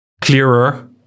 clearer